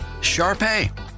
Sharpay